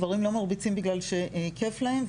גברים לא מרביצים בגלל שכיף להם,